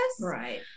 Right